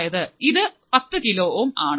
അതായത് ഇത് 10 kilo ohm ആണ്